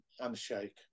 handshake